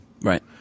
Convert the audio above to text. right